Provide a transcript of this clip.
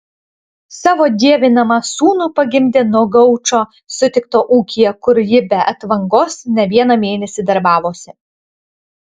savo dievinamą sūnų pagimdė nuo gaučo sutikto ūkyje kur ji be atvangos ne vieną mėnesį darbavosi